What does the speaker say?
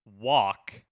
walk